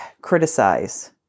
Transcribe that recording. criticize